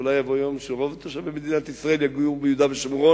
ואולי יבוא יום שרוב תושבי מדינת ישראל יגורו ביהודה ושומרון,